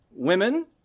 Women